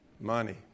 Money